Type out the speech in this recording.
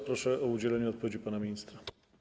Proszę o udzielenie odpowiedzi pana ministra.